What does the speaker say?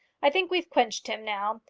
i think we've quenched him now,